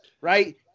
Right